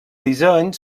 disseny